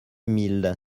mille